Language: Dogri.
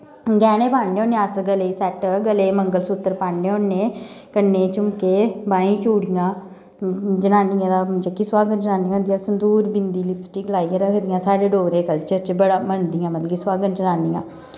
गैह्ने पान्ने होन्ने अस गले सैट गले मंगलसूत्तर पान्ने होन्ने कन्ने झुमके बाईं चूड़ियां जनानियें दा जेह्की सुहागन जनानियां होंदियां संदूर बिंदी लिपस्टिक लाइयै रखदियां साढ़े डोगरे कल्चर च बड़ा मनदियां मतलब कि सुहागन जनानियां